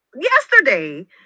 yesterday